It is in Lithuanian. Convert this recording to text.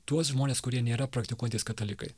tuos žmones kurie nėra praktikuojantys katalikai